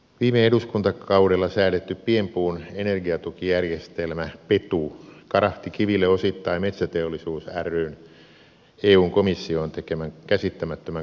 viime eduskuntakaudella säädetty pienpuun energiatukijärjestelmä petu karahti kiville osittain metsäteollisuus ryn eun komissioon tekemän käsittämättömän kantelun vuoksi